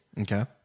Okay